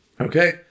okay